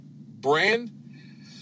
brand